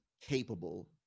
capable